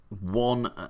One